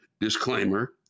Disclaimer